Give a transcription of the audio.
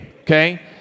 Okay